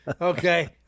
okay